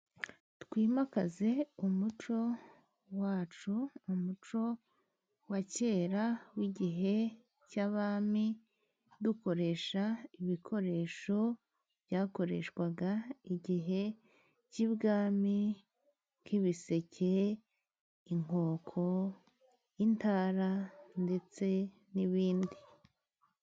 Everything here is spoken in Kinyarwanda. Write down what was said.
wimakaze umuco wacu. Umuco wa kera w'igihe cy'abami. Dukoresha ibikoresho byakoreshwaga igihe cy'ibwami nk'ibiseke, inkoko, intara ndetse n'ibindi.